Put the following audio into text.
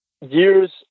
years